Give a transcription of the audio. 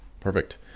Perfect